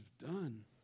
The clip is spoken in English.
done